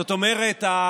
זאת אומרת,